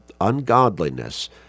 ungodliness